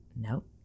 nope